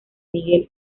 miguel